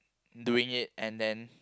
doing it and then